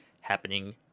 happening